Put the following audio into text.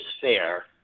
fair